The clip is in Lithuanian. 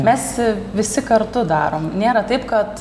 mes visi kartu darom nėra taip kad